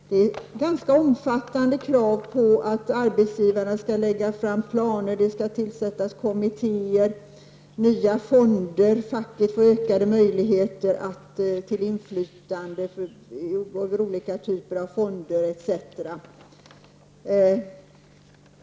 Det är ganska omfattande krav på att arbetsgivarna skall lägga fram planer: det skall tillsättas kommittéer, nya fonder, facket skall få ökade möjligheter till inflytande genom olika typer av fonder etc.